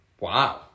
Wow